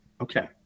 Okay